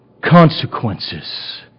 consequences